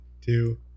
two